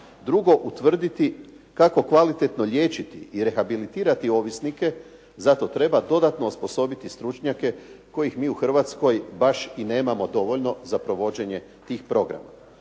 Drugo, utvrditi kako kvalitetno liječiti i rehabilitirati ovisnike, zato treba dodatno osposobiti stručnjake kojih mi u Hrvatskoj baš i nemamo dovoljno za provođenje tih programa.